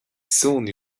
soon